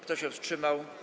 Kto się wstrzymał?